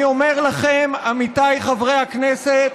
אני אומר לכם, עמיתיי חברי הכנסת,